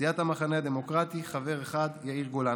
סיעת המחנה הדמוקרטי, חבר אחד, יאיר גולן.